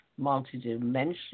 multidimensional